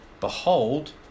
Behold